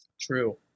True